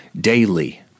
daily